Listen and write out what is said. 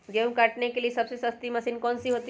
गेंहू काटने के लिए सबसे सस्ती मशीन कौन सी होती है?